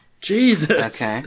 Jesus